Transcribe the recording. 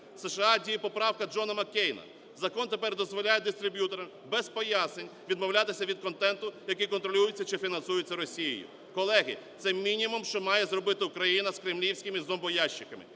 США діє поправка Джона Маккейна, закон тепер дозволяє дистриб'юторам без пояснень відмовлятися від контенту, який контролюється чи фінансується Росією. Колеги, це мінімум, що має зробити Україна з кремлівськими зомбоящиками.